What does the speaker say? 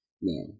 No